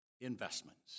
investments